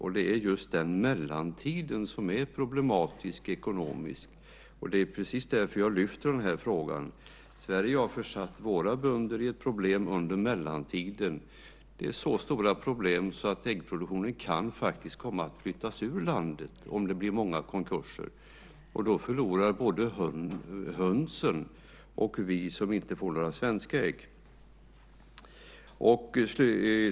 Och det är just den mellantiden som är problematisk ekonomiskt. Det är precis därför som jag lyfter fram den här frågan. Sverige har försatt våra bönder i ett problem under mellantiden. Det är så stora problem att äggproduktionen faktiskt kan komma att flyttas ur landet om det blir många konkurser. Då förlorar både hönsen och vi som inte får några svenska ägg på det.